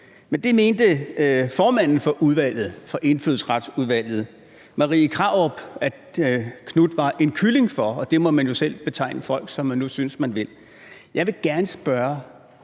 Men det mente formanden for Indfødsretsudvalget, Marie Krarup, at Marcus Knuth var en kylling for, og man må jo selv betegne folk, som man nu synes man vil. Jeg vil gerne spørge